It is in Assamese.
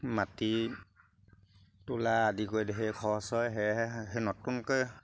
মাটি তোলা আদি কৰি ঢেৰ খৰচ হয় সেয়েহে সেই নতুনকৈ